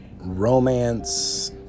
romance